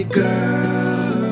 girl